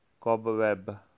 cobweb